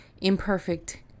Imperfect